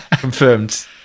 Confirmed